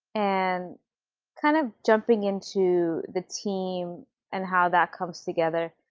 um kind of jumping into the team and how that comes together,